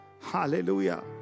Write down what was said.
Hallelujah